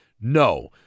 No